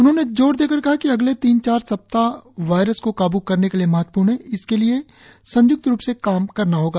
उन्होंने जोर देकर कहा कि अगले तीन चार सप्ताह वायरस को काब् करने के लिए महत्वपूर्ण हैं इसके लिए संयुक्त रूप से काम करना होगा